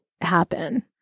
happen